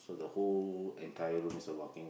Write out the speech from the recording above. so the whole entire room is a walking